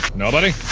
nobody?